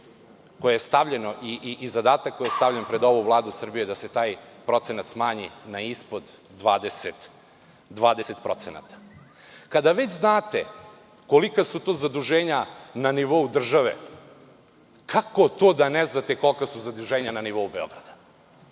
koje je stavljeno i zadatak koji je stavljen pred ovu vladu Srbije da se taj procenat smanji na ispod 20%.Kada već znate kolika su to zaduženja na nivou države, kako to da ne znate kolika su zaduženja na nivou Beograda?